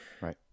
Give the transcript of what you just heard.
Right